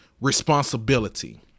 responsibility